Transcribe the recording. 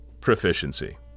Proficiency